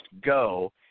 go